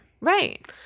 Right